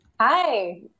Hi